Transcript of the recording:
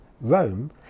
Rome